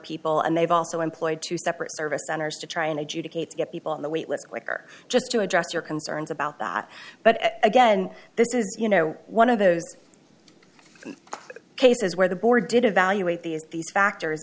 people and they've also employed two separate service centers to try and adjudicate to get people on the waitlist quicker just to address your concerns about that but again this is you know one of those cases where the board did evaluate these these factors